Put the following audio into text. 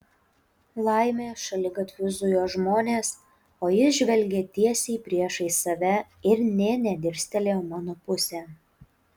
laimė šaligatviu zujo žmonės o jis žvelgė tiesiai priešais save ir nė nedirstelėjo mano pusėn